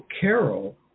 Carol